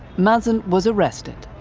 mazen was arrested.